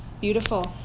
Beautiful